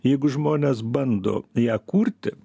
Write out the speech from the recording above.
jeigu žmonės bando ją kurti